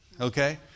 Okay